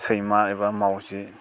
सैमा एबा मावजि